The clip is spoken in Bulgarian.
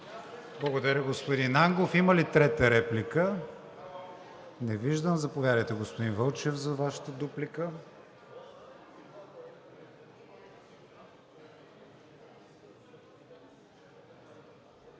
Благодаря, господин Ангов. Има ли трета реплика? Не виждам. Заповядайте, господин Вълчев, за Вашата дуплика.